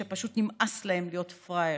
שפשוט נמאס להם להיות פראיירים.